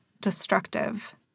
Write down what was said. destructive